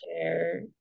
share